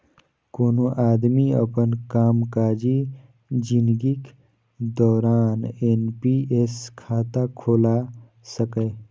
कोनो आदमी अपन कामकाजी जिनगीक दौरान एन.पी.एस खाता खोला सकैए